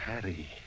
Harry